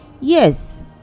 yes